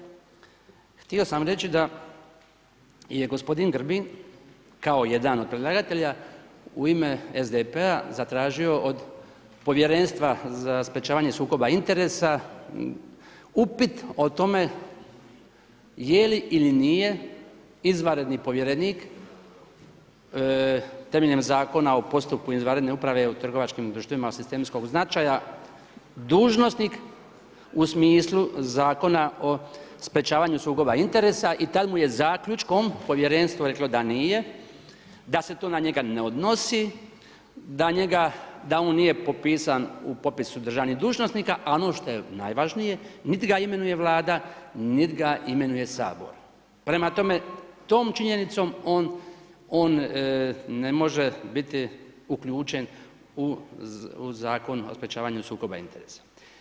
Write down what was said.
Htio sam reći da je gospodin Grbin kao jedan od predlagatelja, u ime SDP-a zatražio od povjerenstva za sprječavanje sukoba interesa upit o tome je li ili nije izvanredni povjerenik temeljem zakona o postupku izvanredne uprave u trgovačkim društvima od sistemskog značaja dužnosnik u smislu Zakona o sprječavanju sukoba interesa i tad mu je zaključkom povjerenstvo reklo da nije, da se to na njega ne odnosi, da on nije popisan u popisu državnih dužnosnika, a ono što je najvažnije, nit ga imenuje Vlada, nit ga imenuje Sabor, prema tome tom činjenicom on ne može biti uključen u Zakon o sprječavanju sukoba interesa.